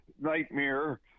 nightmare